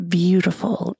beautiful